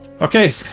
Okay